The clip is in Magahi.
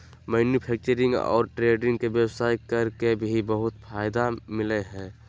मैन्युफैक्चरिंग और ट्रेडिंग के व्यवसाय कर के भी बहुत फायदा मिलय हइ